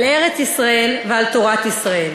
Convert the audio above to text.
על ארץ-ישראל ועל תורת ישראל.